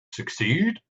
succeed